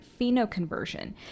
phenoconversion